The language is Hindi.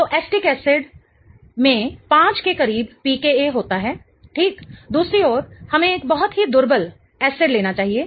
तो एसिटिकएसिड अम्ल में 5 के करीब pKa होता है ठीक दूसरी ओर हमें एक बहुत ही दुर्बल एसिड अम्ल लेना चाहिए